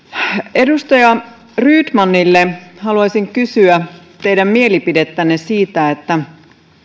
edustaja rydmanille haluaisin kysyä teidän mielipidettänne siitä